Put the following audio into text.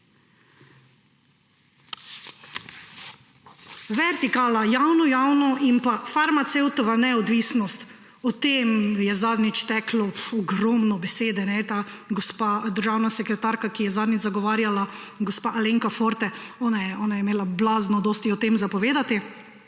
Vertikala javno–javno in farmacevtova neodvisnost, o tem je zadnjič teklo ogromno besede. Gospa državna sekretarka, ki je zadnjič zagovarjala, gospa Alenka Forte, ona je imela blazno dosti o tem povedati.